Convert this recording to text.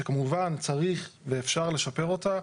שכמובן צריך ואפשר לשפר אותה.